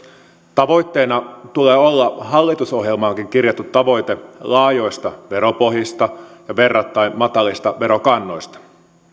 tavoitteena tulee olla hallitusohjelmaankin kirjattu tavoite laajoista veropohjista ja verrattain matalista verokannoista